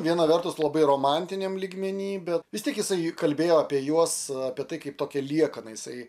viena vertus labai romantiniam lygmeny bet vis tiek jisai kalbėjo apie juos apie tai kaip tokia liekana jisai